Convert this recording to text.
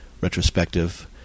retrospective